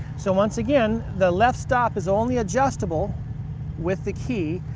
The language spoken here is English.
so once again the left stop is only adjustable with the key,